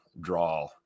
draw